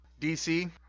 DC